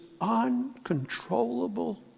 uncontrollable